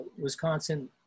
Wisconsin